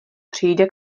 přijde